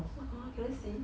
!wow! can I can I see